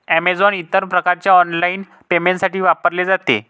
Amazon इतर प्रकारच्या online पेमेंटसाठी वापरले जाते